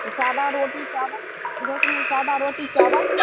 तऽ सादा रोटी चावल दश मे सादा रोटी चावल